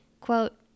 Quote